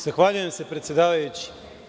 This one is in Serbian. Zahvaljujem se, predsedavajući.